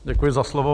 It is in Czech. Děkuji za slovo.